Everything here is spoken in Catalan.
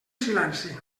silenci